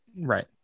Right